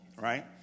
Right